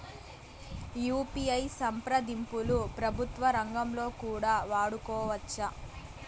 UPI సంప్రదింపులు ప్రభుత్వ రంగంలో కూడా వాడుకోవచ్చా?